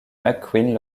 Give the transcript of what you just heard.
mcqueen